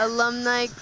Alumni